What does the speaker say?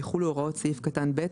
יחולו הוראות סעיף קטן (ב),